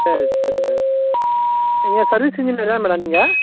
சரி சரிங்க நீங்கள் சர்வீஸ் இன்ஜினியரிங் தானே மேடம் நீங்கள்